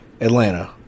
Atlanta